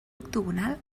octogonal